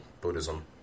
buddhism